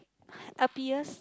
happiest